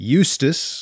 Eustace